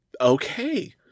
Okay